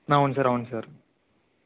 అవును సార్ అవును సార్